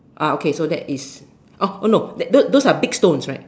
ah okay so that is oh oh no those are big stones right